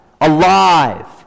alive